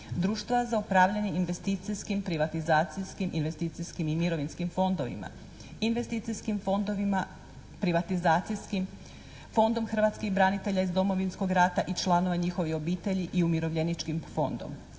društva za upravljanje investicijskim, privatizacijskim, investicijskim i mirovinskim fondovima, investicijskim fondovima, privatizacijskim, Fonom hrvatskih branitelja iz Domovinskog rata i članova njihovih obitelji i umirovljeničkim fondom,